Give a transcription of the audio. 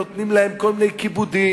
ונותנים להם כל מיני כיבודים,